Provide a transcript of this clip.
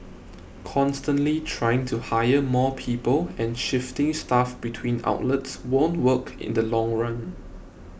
constantly trying to hire more people and shifting staff between outlets won't work in the long run